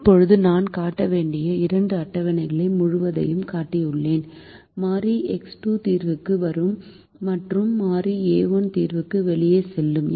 இப்போது நான் காட்டிய இரண்டு அட்டவணைகள் முழுவதையும் காட்டியுள்ளேன் மாறி எக்ஸ் 2 தீர்வுக்கு வரும் மற்றும் மாறி a1 தீர்வுக்கு வெளியே செல்லும்